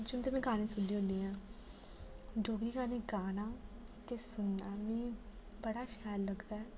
जुंदे में गाने सुननी होनी आं डोगरी गाने गाना ते सुनना मीं बड़ा शैल लगदा ऐ